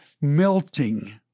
melting